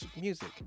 music